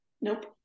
Nope